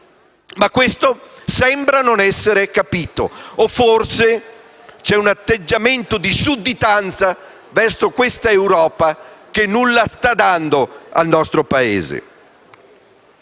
Ma questo sembra non essere capito, o forse davvero c'è un atteggiamento di sudditanza verso questa Europa che nulla sta dando al nostro Paese.